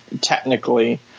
technically